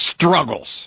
struggles